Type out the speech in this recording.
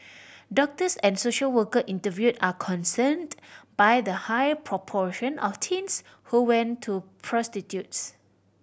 doctors and social worker interviewed are concerned by the high proportion of teens who went to prostitutes